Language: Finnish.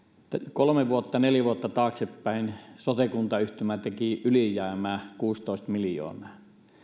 kolme neljä vuotta taaksepäin sote kuntayhtymä teki ylijäämää kuusitoista miljoonaa